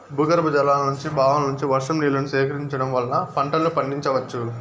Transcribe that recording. భూగర్భజలాల నుంచి, బావుల నుంచి, వర్షం నీళ్ళను సేకరించడం వల్ల పంటలను పండించవచ్చు